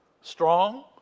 strong